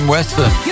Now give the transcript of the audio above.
Weston